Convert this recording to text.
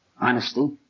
Honesty